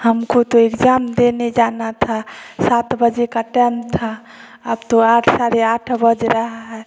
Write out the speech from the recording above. हमको तो एग्जाम देने जाना था सात बजे का टाइम था अब तो आठ साढ़े आठ बज रहा है